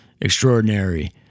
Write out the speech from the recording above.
extraordinary